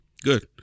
Good